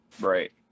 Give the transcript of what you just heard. Right